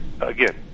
Again